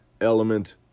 element